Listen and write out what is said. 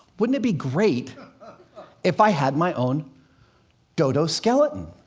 wouldn't it be great if i had my own dodo skeleton?